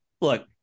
Look